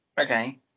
Okay